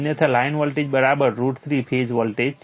અન્યથા line voltage √ 3 phase voltage છે